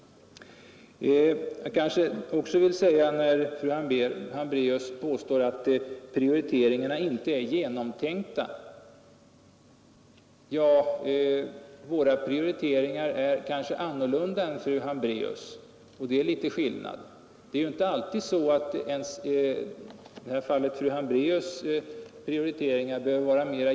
Fru Hambraeus påstår att utskottets prioriteringar inte är genomtänkta. Våra prioriteringar är kanske andra än fru Hambre&eus”. Men de egna prioriteringarna behöver inte alltid vara mer genomtänkta än andras.